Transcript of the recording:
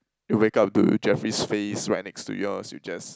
you wake up to Jeffrey's face right next to you I'll suggest